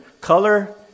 color